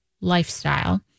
lifestyle